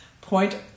Point